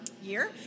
year